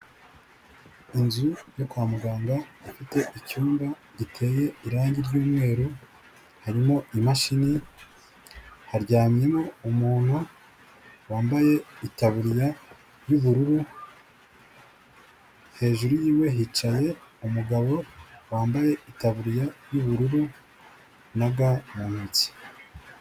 Inzu yo kwa muganga ifite icyumba giteye irangi ry'umweru, harimo imashini, haryamyemo umuntu wambaye itaburiya y'ubururu, hejuru yiwe hicaye umugabo wambaye itaburiya y'ubururu na ga mu ntoki.